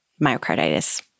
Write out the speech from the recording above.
myocarditis